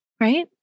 right